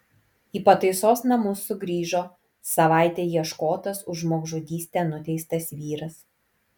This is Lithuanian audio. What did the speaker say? į pataisos namus sugrįžo savaitę ieškotas už žmogžudystę nuteistas vyras